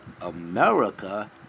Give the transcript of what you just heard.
America